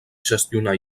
gestionar